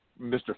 Mr